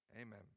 Amen